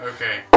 Okay